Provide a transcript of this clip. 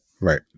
right